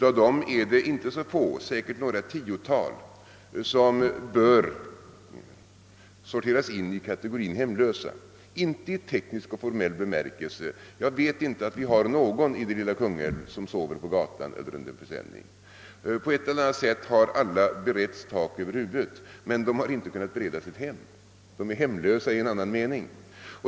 Av dem är det inte så få — säkerligen några tiotal — som bör sorteras in i kategorin hemlösa. Det gäller inte i teknisk och formell bemärkelse — jag vet inte att vi har någon i det lilla Kungälv som sover på gatan eller under en presenning. På ett eller annat sätt har alla beretts tak över huvudet, men de har inte kunnat beredas ett hem; de är hemlösa i en annan mening.